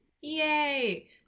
Yay